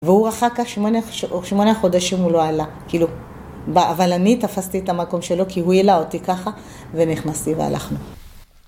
והוא אחר כך שמונה חודשים, הוא לא עלה. כאילו, אבל אני תפסתי את המקום שלו, כי הוא העלה אותי ככה ונכנסתי והלכנו.